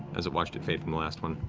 as it watched it fade from the last one.